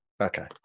okay